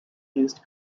used